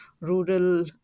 Rural